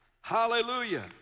Hallelujah